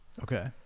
Okay